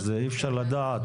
אז אי אפשר לדעת,